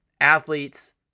athletes